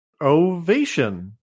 ovation